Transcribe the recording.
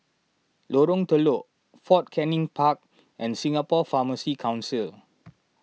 Lorong Telok Fort Canning Park and Singapore Pharmacy Council